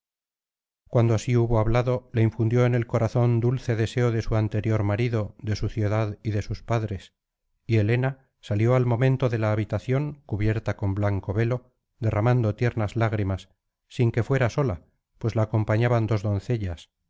cuando así hubo hablado le infundió en el corazón dulce deseo de su anterior marido de su ciudad y de sus padres y helena salió al momento de la habitación cubierta con blanco velo derramando tiernas lágrimas sin que fuera sola pues la acompañaban dos doncellas